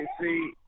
see